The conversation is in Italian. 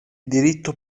diritto